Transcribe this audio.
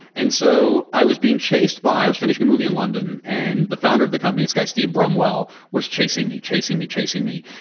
and so i was being chased by i was finishing a movie in london. and the founder of the company, this guy steve brumwell was chasing me, chasing me, chasing me.